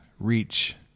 reach